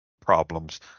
problems